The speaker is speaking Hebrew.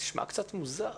נשמע קצת מוזר.